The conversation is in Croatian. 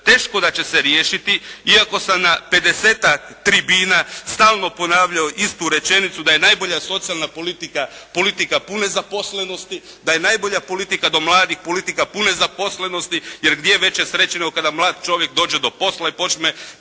teško da će se riješiti iako sam na 50-tak tribina stalno ponavljao istu rečenicu da je najbolja socijalna politika politika pune zaposlenosti, da je najbolja politika do mladih politika pune zaposlenosti, jer gdje veće sreće nego kada mlad čovjek dođe do posla i počne